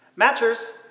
Matchers